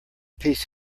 piece